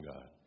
God